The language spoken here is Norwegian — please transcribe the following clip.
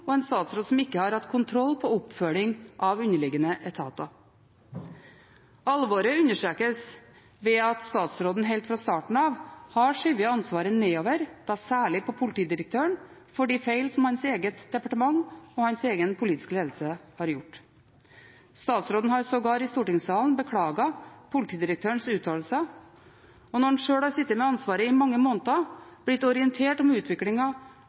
og en statsråd som ikke har hatt kontroll på oppfølging av underliggende etater. Alvoret understrekes ved at statsråden helt fra starten av har skjøvet ansvaret nedover, da særlig på politidirektøren, for de feil som hans eget departement og hans egen politiske ledelse har gjort. Statsråden har sågar i stortingssalen beklaget politidirektørens uttalelser, og når han sjøl har sittet med ansvaret i mange måneder og blitt orientert om